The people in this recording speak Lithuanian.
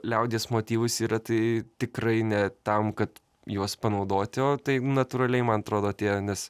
liaudies motyvus yra tai tikrai ne tam kad juos panaudoti o tai natūraliai man atrodo tie nes